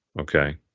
okay